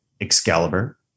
Excalibur